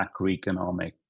macroeconomic